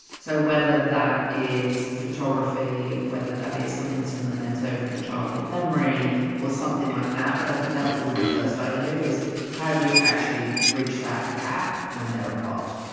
so whether that is photography, whether that is something that's a memento from a childhood memory or something like that. but i think that would be my first idea is how do you actually bridge that gap when they're apart?